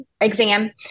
exam